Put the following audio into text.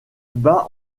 bat